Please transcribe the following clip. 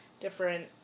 different